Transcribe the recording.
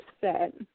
set